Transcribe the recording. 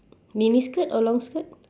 mini skirt or long skirt